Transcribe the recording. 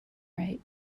right